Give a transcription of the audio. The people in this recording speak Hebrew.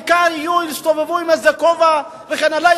העיקר יסתובבו עם איזה כובע וכן הלאה,